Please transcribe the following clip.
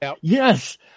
Yes